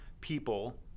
people